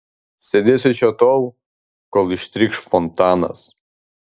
sėdėsiu čia tol kol ištrykš fontanas